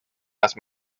las